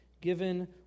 given